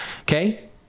okay